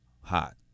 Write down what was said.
hot